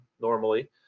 normally